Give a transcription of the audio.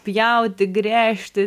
pjauti gręžti